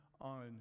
on